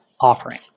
offering